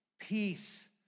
peace